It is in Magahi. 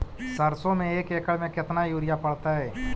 सरसों में एक एकड़ मे केतना युरिया पड़तै?